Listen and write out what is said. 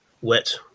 wet